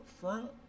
front